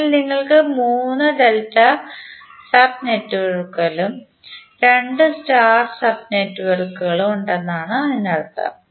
അതിനാൽ ഞങ്ങൾക്ക് 3 delta sub നെറ്റ്വർക്കുകളും 2 സ്റ്റാർ സബ് നെറ്റ്വർക്കുകളും ഉണ്ടെന്നാണ് ഇതിനർത്ഥം